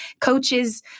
coaches